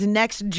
next